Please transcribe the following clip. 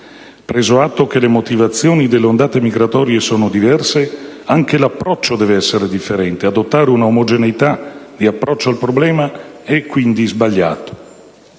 Preso atto che le motivazioni delle ondate migratorie sono diverse, anche l'approccio deve essere differente. Adottare un approccio omogeneo al problema è quindi sbagliato.